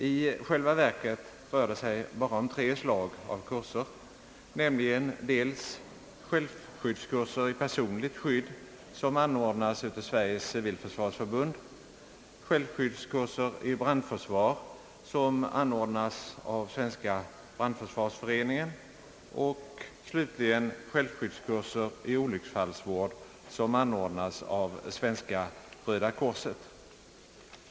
I själva verket rör det sig om bara tre slag av självskyddskurser, nämligen dels kurser i personligt skydd, som anordnas av Sveriges civilförsvarsförbund, dels kurser i brandförsvar, som anordnas av Svenska brandförsvarsföreningen, dels ock slutligen kurser i olycksfallsvård, som anordnas av det Svenska röda korset.